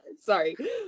Sorry